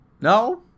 No